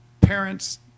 parents